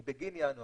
היא בגין ינואר,